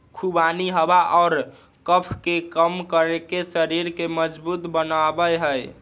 खुबानी हवा और कफ के कम करके शरीर के मजबूत बनवा हई